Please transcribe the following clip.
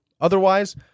Otherwise